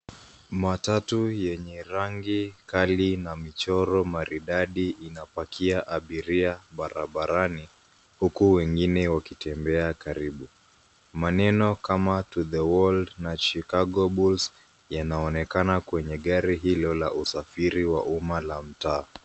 Matatu yenye rangi kali na michoro maridadi inapakia abiria barabarani, huku wengine wakitembea karibu. Maneno kama to the world na chicago bulls yanaonekana kwenye gari hilo la usafiri wa uma la mtaa.